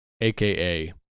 aka